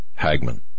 Hagman